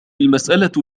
المسألة